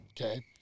okay